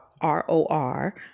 R-O-R